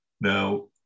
Now